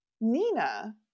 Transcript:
Nina